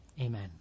Amen